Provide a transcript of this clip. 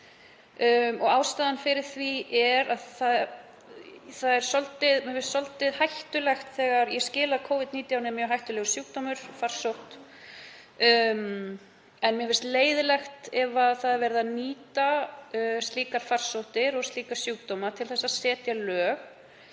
Ástæðan fyrir því er að það er svolítið hættulegt — ég skil að Covid-19 er mjög hættulegur sjúkdómur og farsótt, en mér finnst leiðinlegt ef það er verið að nýta slíkar farsóttir og slíka sjúkdóma til að setja lög